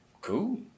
cool